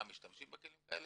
משתמשים בכלים כאלה?